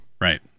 Right